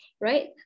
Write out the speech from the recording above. right